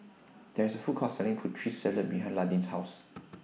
There IS A Food Court Selling Putri Salad behind Landin's House